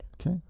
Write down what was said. Okay